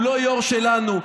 הוא לא יו"ר שלנו,